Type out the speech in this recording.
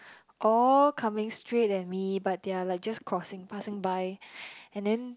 all coming straight at me but they are like just crossing passing by and then